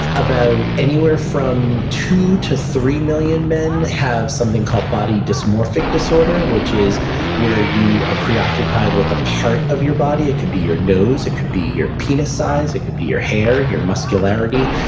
about anywhere from two to three million men have something called body dysmorphic disorder, which is where you are preoccupied with a part of your body. it could be your nose, it could be your penis size, it could be your hair, your muscularity.